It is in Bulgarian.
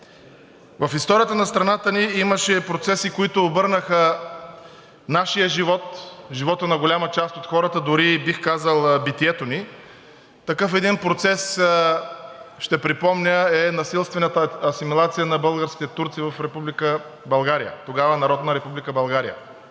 В историята на страната ни имаше процеси, които обърнаха нашия живот – животът на голяма част от хората и дори бих казал битието ни. Такъв процес е насилствената асимилация на българските турци в Република България – тогава Народна Република България.